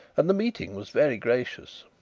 and the meeting was very gracious.